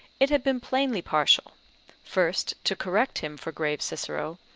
it had been plainly partial first to correct him for grave cicero,